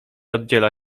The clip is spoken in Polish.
oddziela